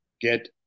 Get